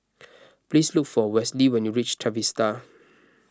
please look for Westley when you reach Trevista